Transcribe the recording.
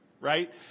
right